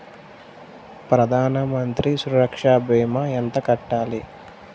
ప్రధాన మంత్రి సురక్ష భీమా ఎంత కట్టాలి?